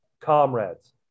Comrades